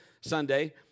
Sunday